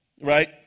Right